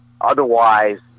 otherwise